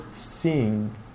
seeing